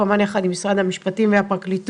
כמובן יחד עם משרד המשפטים והפרקליטות,